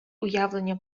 уявлення